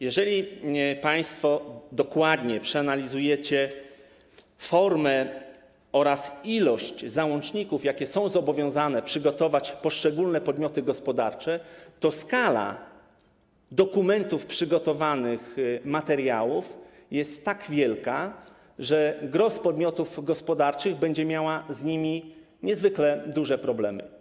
Jeżeli państwo dokładnie przeanalizujecie formę oraz ilość załączników, jakie są zobowiązane przygotować poszczególne podmioty gospodarcze, to zauważycie, że skala dokumentów, przygotowanych materiałów jest tak wielka, że gros podmiotów gospodarczych będzie miało z nimi niezwykle duże problemy.